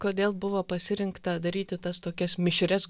kodėl buvo pasirinkta daryti tas tokias mišrias